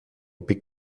big